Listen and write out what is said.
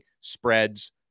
spreads